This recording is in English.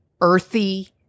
earthy